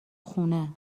خونه